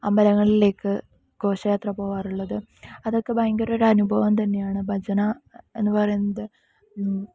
അമ്പലങ്ങളിലേക്ക് ഘോഷയാത്ര പോകാറുള്ളത് അതൊക്കെ ഭയങ്കര ഒരനുഭവം തന്നെയാണ് ഭജന എന്നുപറയുന്നത്